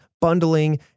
bundling